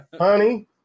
honey